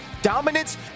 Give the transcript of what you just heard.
dominance